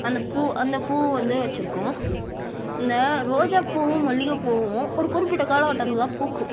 அந்த பூ அந்த பூ வந்து வச்சிருக்கோம் இந்த ரோஜா பூவும் மல்லிகை பூவும் ஒரு குறிப்பிட்ட காலகட்டத்தில் தான் பூக்கும்